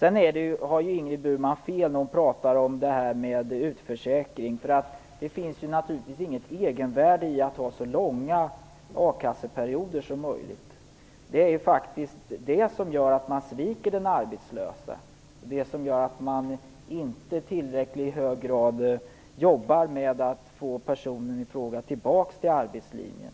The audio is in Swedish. Ingrid Burman har fel i det hon säger om utförsäkring. Det finns naturligtvis inget egenvärde i att ha så långa a-kasseperioder som möjligt. Det är faktiskt det som gör att man sviker den arbetslöse, att man inte i tillräckligt hög grad jobbar med att få personen i fråga tillbaka till arbetslivet.